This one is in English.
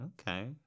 Okay